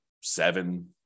seven